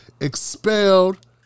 expelled